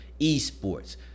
esports